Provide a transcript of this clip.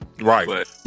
Right